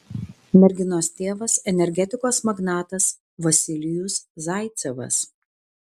merginos tėvas energetikos magnatas vasilijus zaicevas